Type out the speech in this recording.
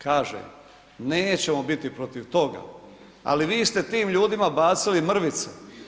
Kažem, nećemo biti protiv toga, ali vi ste tim ljudima bacili mrvice.